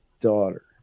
daughter